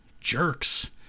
jerks